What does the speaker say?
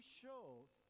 shows